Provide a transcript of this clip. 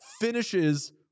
finishes